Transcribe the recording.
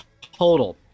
total